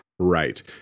Right